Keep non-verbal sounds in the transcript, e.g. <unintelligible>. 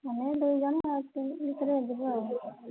ଆମେ ଦୁଇଜଣ ଆସିବୁ <unintelligible>